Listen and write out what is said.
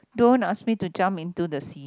don't ask me to jump into the sea